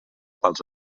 pels